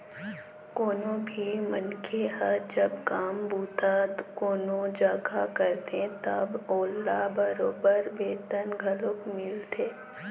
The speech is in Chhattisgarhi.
कोनो भी मनखे ह जब काम बूता कोनो जघा करथे तब ओला बरोबर बेतन घलोक मिलथे